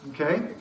Okay